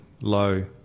low